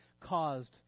caused